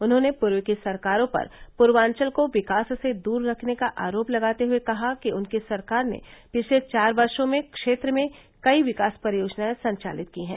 उन्होंने पूर्व की सरकारों पर पूर्वांचल को विकास से दूर रखने का आरोप लगाते हुए कहा कि उनकी सरकार ने पिछले चार वर्षो में क्षेत्र में कई विकास परियोजनाए संचालित की हैं